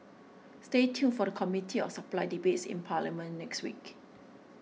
stay tuned for the Committee of Supply debates in parliament next week